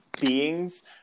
beings